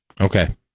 Okay